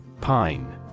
Pine